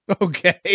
Okay